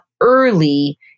early